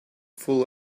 full